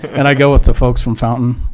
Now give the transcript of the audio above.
and i go with the folks from fountain,